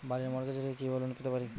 বাড়ি মর্টগেজ রেখে কিভাবে লোন পেতে পারি?